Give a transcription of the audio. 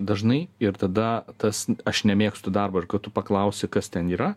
dažnai ir tada tas aš nemėgstu darbo ir kad tu paklausi kas ten yra